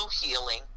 healing